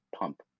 pump